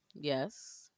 Yes